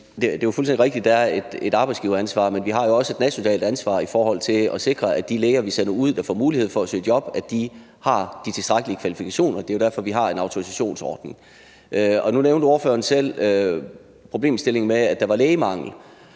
Det er jo fuldstændig rigtigt, at der er et arbejdsgiveransvar, men vi har også et nationalt ansvar for at sikre, at de læger, vi sender ud, og som får mulighed for at søge job, har tilstrækkelige kvalifikationer. Det er derfor, vi har en autorisationsordning. Nu nævnte ordføreren selv problemstillingen med, at der var lægemangel.